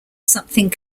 something